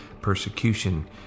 persecution